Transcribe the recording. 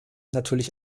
natürlich